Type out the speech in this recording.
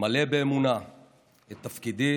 למלא באמונה את תפקידי